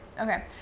okay